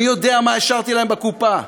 אני יודע מה השארתי להם בקופה,